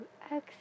exhale